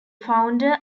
founder